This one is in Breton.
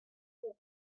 mañ